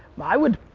i would,